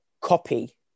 copy